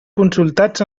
consultats